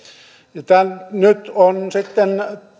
nyt on sitten